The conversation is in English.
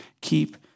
keep